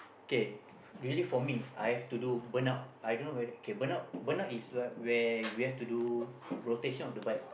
okay usually for me I have to do burn out I don't know whether okay burn out burnt out is where where we have to do rotation of the bike